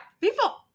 People